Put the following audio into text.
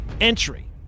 entry